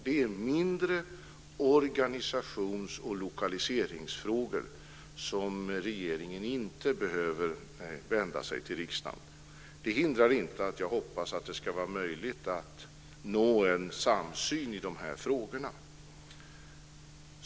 Det är mindre organisations och lokaliseringsfrågor som regeringen inte behöver vända sig till riksdagen med. Det hindrar inte att jag hoppas att det ska vara möjligt att nå en samsyn i de här frågorna.